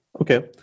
Okay